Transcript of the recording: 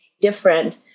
different